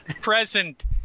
present